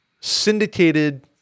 syndicated